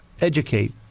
educate